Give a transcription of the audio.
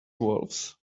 wolves